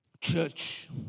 Church